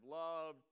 love